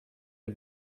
you